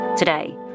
Today